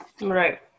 Right